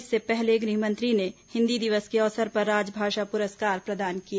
इससे पहले गृहमंत्री ने हिन्दी दिवस के अवसर पर राजभाषा पुरस्कार प्रदान किए